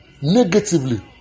negatively